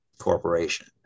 Corporation